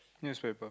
newspaper